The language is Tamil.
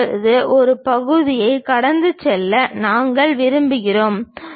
இப்போது ஒரு பகுதியைக் கடந்து செல்ல நாங்கள் விரும்புகிறோம்